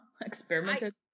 Experimented